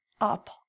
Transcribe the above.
up